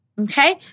okay